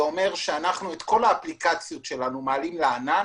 זה אומר שאת כל האפליקציות שלנו אנחנו מעלים לענן,